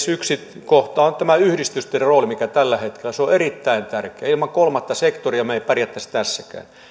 yksi kohta on tämä yhdistysten rooli tällä hetkellä se on erittäin tärkeä ilman kolmatta sektoria me emme pärjäisi tässäkään